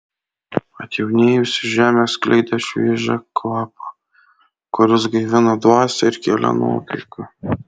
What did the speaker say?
atjaunėjusi žemė skleidė šviežią kvapą kuris gaivino dvasią ir kėlė nuotaiką